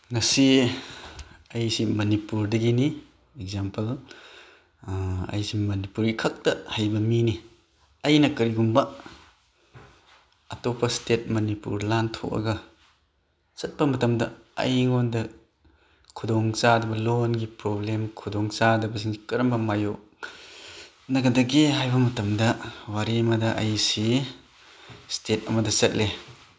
ꯉꯁꯤ ꯑꯩꯁꯤ ꯃꯅꯤꯄꯨꯔꯗꯒꯤꯅꯤ ꯑꯦꯛꯖꯥꯝꯄꯜ ꯑꯩꯁꯨ ꯃꯅꯤꯄꯨꯔꯤꯈꯛꯇ ꯍꯩꯕ ꯃꯤꯅꯤ ꯑꯩꯅ ꯀꯔꯤꯒꯨꯝꯕ ꯑꯇꯣꯞꯄ ꯁ꯭ꯇꯦꯠ ꯃꯅꯤꯄꯨꯔ ꯂꯥꯟꯊꯣꯛꯑꯒ ꯆꯠꯄ ꯃꯇꯝꯗ ꯑꯩꯉꯣꯟꯗ ꯈꯨꯗꯣꯡꯆꯥꯗꯕ ꯂꯣꯟꯒꯤ ꯄ꯭ꯔꯣꯕ꯭ꯂꯦꯝ ꯈꯨꯗꯣꯡꯆꯥꯗꯕꯁꯤꯡꯁꯤ ꯀꯔꯝꯅ ꯃꯥꯌꯣꯛ ꯅꯒꯗꯒꯦ ꯍꯥꯏꯕ ꯃꯇꯝꯗ ꯋꯥꯔꯤ ꯑꯃꯗ ꯑꯩꯁꯤ ꯁ꯭ꯇꯦꯠ ꯑꯃꯗ ꯆꯠꯂꯦ